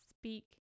speak